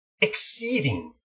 exceeding